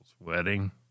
wedding